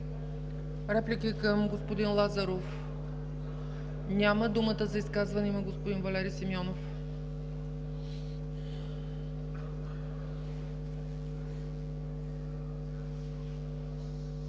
Реплики към господин Лазаров? Няма. Думата за изказване има господин Валери Симеонов.